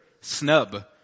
snub